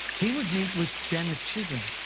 he would meet with janet chisholm,